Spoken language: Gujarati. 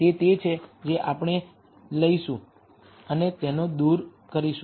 તે તે છે જે આપણે લઈશું અને તેને દૂર કરીશું